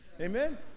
Amen